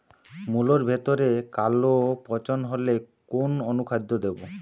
মুলোর ভেতরে কালো পচন হলে কোন অনুখাদ্য দেবো?